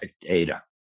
data